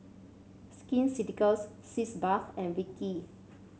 Skin Ceuticals Sitz Bath and Vichy